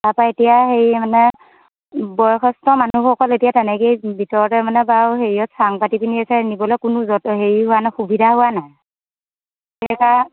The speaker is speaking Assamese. তাৰপৰা এতিয়া হেৰি মানে বয়সস্থ মানুহবোৰ অকল এতিয়া তেনেকৈয়ে ভিতৰতে মানে বাৰু হেৰিয়ত চাং পাতি পিনি আছে নিবলৈ কোনো যত হেৰি হোৱা নাই সুবিধা হোৱা নাই সেয়া